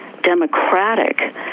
democratic